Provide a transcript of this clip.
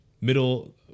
middle